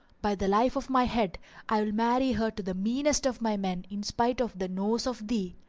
by the life of my head i will marry her to the meanest of my men in spite of the nose of thee!